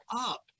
up